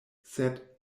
sed